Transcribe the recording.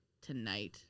tonight